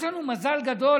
יש לנו מזל גדול,